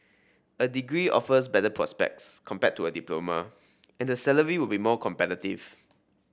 a degree offers better prospects compared to a diploma and the salary will be more competitive